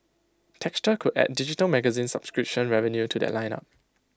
texture could add digital magazine subscription revenue to that line up